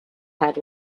head